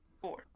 Four